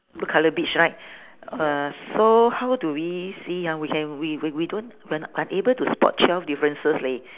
blue colour beach right uh so how do we see ah we can we we we don't we are unable to spot twelve differences leh